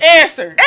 answer